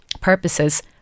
purposes